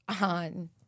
on